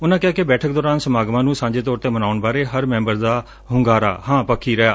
ਉਨੂਾਂ ਕਿਹਾ ਕਿ ਬੈਠਕ ਦੌਰਾਨ ਸਮਾਗਮਾਂ ਨੂੰ ਸਾਂਝੇ ਤੌਰ ਤੇ ਮਨਾਉਣ ਬਾਰੇ ਹਰ ਮੈਂਬਰ ਦਾ ਹੁੰਗਾਰਾ ਹਾਂ ਪੱਖੀ ਰਿਹਾ